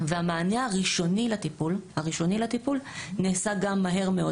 והמענה הראשוני לטיפול נעשה גם מהר מאוד,